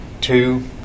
two